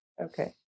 Okay